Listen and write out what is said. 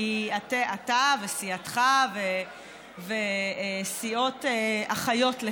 כי אתה וסיעתך וסיעות אחיות לה